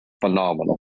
phenomenal